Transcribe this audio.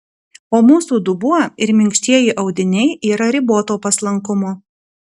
o mūsų dubuo ir minkštieji audiniai yra riboto paslankumo